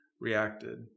reacted